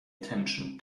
attention